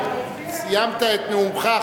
סיימת את נאומך,